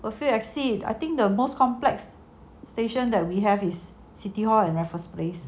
I feel exit I think the most complex station that we have is city hall and raffles place